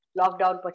lockdown